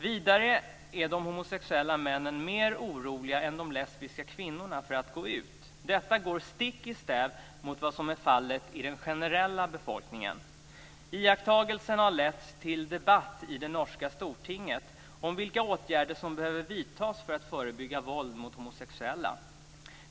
Vidare är de homosexuella männen mer oroliga än de lesbiska kvinnorna för att gå ut. Detta går stick i stäv mot vad som är fallet i den generella befolkningen. Iakttagelserna har lett till debatt i det norska stortinget om vilka åtgärder som behöver vidtas för att förebygga våld mot homosexuella.